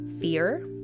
fear